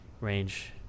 range